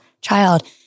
child